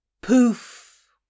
Poof